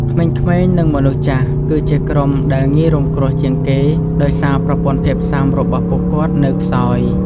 ក្មេងៗ និងមនុស្សចាស់គឺជាក្រុមដែលងាយរងគ្រោះជាងគេដោយសារប្រព័ន្ធភាពស៊ាំរបស់ពួកគាត់នៅខ្សោយ។